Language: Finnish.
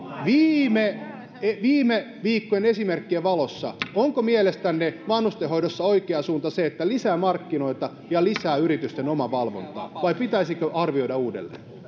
viime viime viikkojen esimerkkien valossa onko mielestänne vanhustenhoidossa oikea suunta se että lisää markkinoita ja lisää yritysten omavalvontaa vai pitäisikö arvioida uudelleen